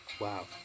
wow